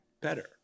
better